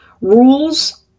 rules